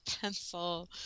pencil